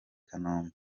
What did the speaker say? kanombe